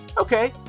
Okay